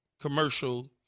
commercial